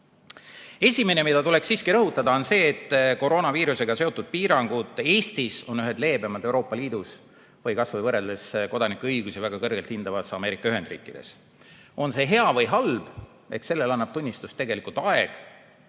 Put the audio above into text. Esimene, mida tuleks siiski rõhutada, on see, et koroonaviirusega seotud piirangud Eestis on ühed leebemad Euroopa Liidus või kasvõi võrreldes kodanikuõigusi väga kõrgelt hindavas Ameerika Ühendriikides. On see hea või halb, eks sellest annab tunnistust tegelikult aeg.